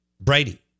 Brady